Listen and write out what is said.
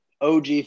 OG